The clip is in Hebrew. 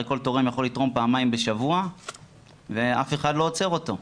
הרי כל תורם יכול לתרום פעמיים בשבוע ואף אחד לא עוצר אותו.